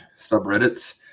subreddits